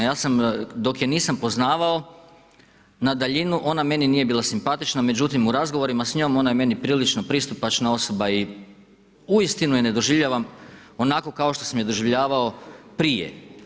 Ja sam dok je nisam poznavao na daljinu ona meni nije bila simpatična, međutim u razgovorima s njom ona je meni prilično pristupačna osoba i uistinu je ne doživljavam onako kao što sam je doživljavao prije.